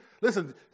listen